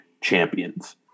champions